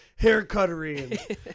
haircuttery